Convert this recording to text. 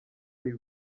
ari